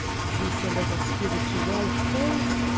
ze so little spirituelle face.